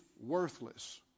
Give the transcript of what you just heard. worthless